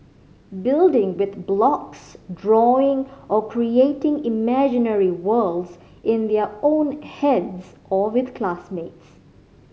building with blocks drawing or creating imaginary worlds in their own heads or with classmates